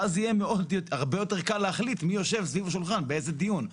ואז יהיה הרבה יותר קל להחליט מי יושב סביב השולחן באיזה דיון.